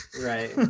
right